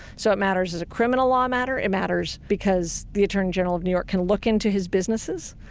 so it matters as a criminal law matter, it matters because the attorney general of new york can look into his businesses.